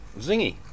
Zingy